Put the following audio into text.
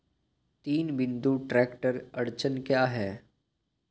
तीन बिंदु ट्रैक्टर अड़चन क्या है?